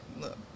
Look